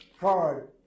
card